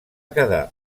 quedar